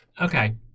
Okay